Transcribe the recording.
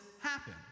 happen